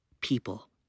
people